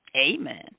Amen